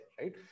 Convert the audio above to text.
right